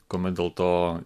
kuomet dėl to